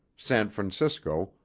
san francisco,